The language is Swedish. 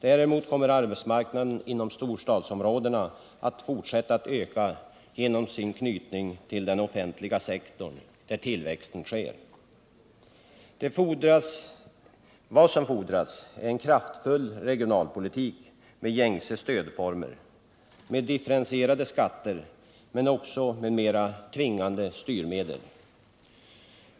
Däremot kommer arbetsmarknaden inom storstadsområdena att fortsätta att öka genom sin knytning till den offentliga sektorn där tillväxten sker. Vad som fordras är en kraftfull regionalpolitik med gängse stödformer, med differentierade skatter men också med mera tvingande styrmedel.